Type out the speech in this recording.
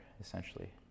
essentially